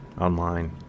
online